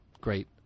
Great